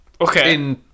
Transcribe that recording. Okay